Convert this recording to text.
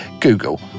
Google